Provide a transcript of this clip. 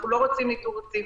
אנחנו לא רוצים ניטור רציף.